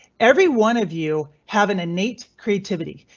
every one of you have an innate creativity.